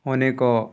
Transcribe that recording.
ଅନେକ